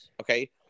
okay